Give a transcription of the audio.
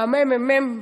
והממ"מ,